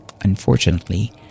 Unfortunately